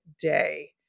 day